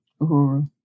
Uhuru